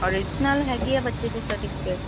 original ਹੈਗੇ ਹੈ ਬੱਚੇ ਦੇ ਸਰਟੀਫਿਕੇਟ